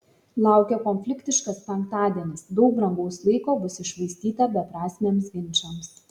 laukia konfliktiškas penktadienis daug brangaus laiko bus iššvaistyta beprasmiams ginčams